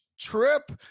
trip